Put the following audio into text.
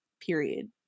period